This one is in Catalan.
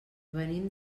venim